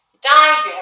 die